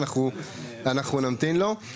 אנחנו רוצים על הסעיף ואז אנחנו בכללותו או על